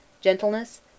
Gentleness